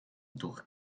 door